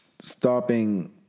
stopping